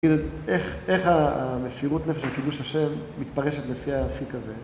אי...איך המסירות נפש של קידוש ה' מתפרשת לפי האפיק הזה?